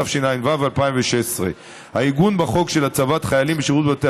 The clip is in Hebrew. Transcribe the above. התשע"ו 2016. העיגון בחוק של הצבת חיילים בשירות בתי